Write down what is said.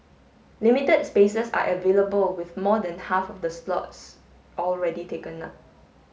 limited spaces are available with more than half of the slots already taken up